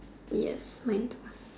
yes mine too